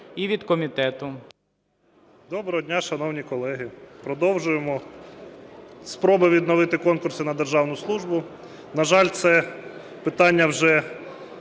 КОРНІЄНКО О.С. Доброго дня, шановні колеги! Продовжуємо спроби відновити конкурси на державну службу. На жаль, це питання вже